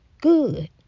good